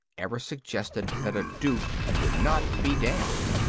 ever suggested that a duke would not be damned.